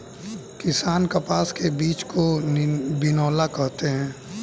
किसान कपास के बीज को बिनौला कहते है